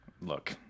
Look